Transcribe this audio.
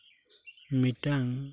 ᱢᱤᱫᱴᱟᱝ